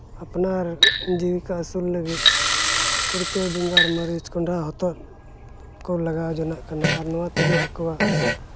ᱟᱯᱱᱟᱨ ᱡᱤᱣᱤ ᱠᱚ ᱟᱹᱥᱩᱞ ᱞᱟᱹᱜᱤᱫ ᱠᱩᱲᱪᱟᱹ ᱵᱮᱲᱟ ᱢᱟᱹᱨᱤᱪ ᱦᱚᱛᱚᱫ ᱠᱚ ᱞᱟᱜᱟᱣ ᱡᱚᱱᱚᱜ ᱠᱟᱱᱟ ᱟᱨ ᱱᱚᱣᱟ ᱛᱮᱜᱮ ᱟᱠᱚᱣᱟᱜ